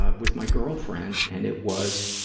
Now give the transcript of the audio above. ah with my girlfriend. and it was,